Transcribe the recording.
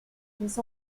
les